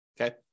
Okay